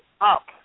up